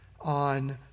on